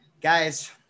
guys